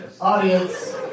Audience